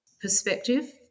perspective